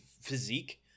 physique